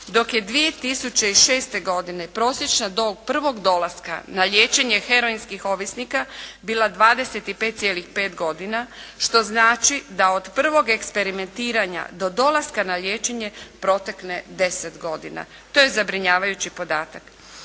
Dok je 2006. godine prosječna dob prvog dolaska na liječenje heroinskih ovisnika bila 25,5 godina što znači da od prvog eksperimentiranja do dolaska na liječenje protekne 10 godina. To je zabrinjavajući podatak.